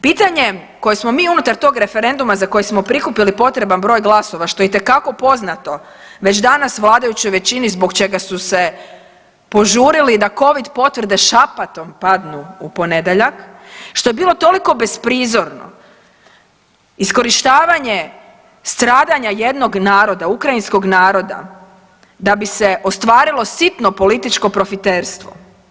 Pitanje koje smo mi unutar tog referenduma za koji smo prikupili potreban broj glasova što je itekako poznato već danas vladajućoj većini zbog čega su se požurili da covid potvrde šapatom padnu u ponedjeljak što je bilo toliko besprizorno iskorištavanje stradanja jednog naroda, ukrajinskog naroda da bi se ostvarilo sitno političko profiterstvo.